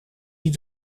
die